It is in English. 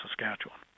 Saskatchewan